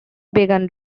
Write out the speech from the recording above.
began